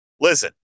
Listen